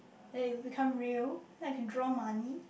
then it become real then I can draw money